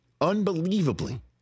Unbelievably